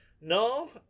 no